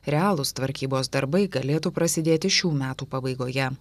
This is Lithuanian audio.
realūs tvarkybos darbai galėtų prasidėti šių metų pabaigoje